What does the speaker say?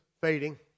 fading